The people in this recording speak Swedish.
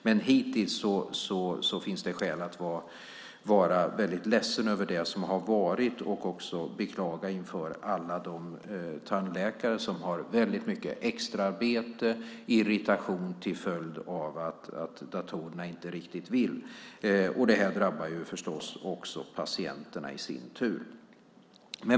Men hittills finns det skäl att vara väldigt ledsen över det som har varit och också beklaga inför alla de tandläkare som har väldigt mycket extraarbete och irritation till följd av att datorerna inte riktigt vill. Det drabbar förstås också patienterna i sin tur.